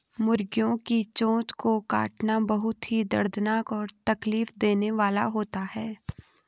मुर्गियों की चोंच को काटना बहुत ही दर्दनाक और तकलीफ देने वाला होता है